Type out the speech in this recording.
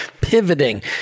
pivoting